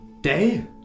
day